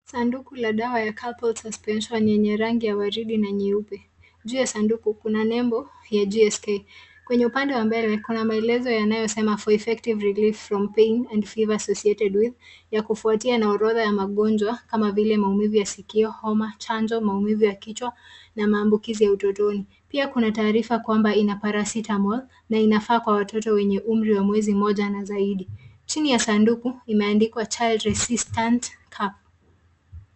Sanduku la dawa ya Calpol suspension yenye rangi ya waridi na nyeupe. Jua sanduku kuna nembo ya G S K. Kwenye upande wa mbele kuna maelezo yanayosema, For effective relief from pain and fever associated with , ya kufuatia na orodha ya magonjwa kama vile maumivu ya sikio, homa, chanjo, maumivu ya kichwa na maambukizi ya utotoni. Pia kuna taarifa kwamba ina paracetamol na inafaa kwa watoto wenye umri wa mwezi moja na zaidi. Chini ya sanduku imeandikwa Child resistant cap .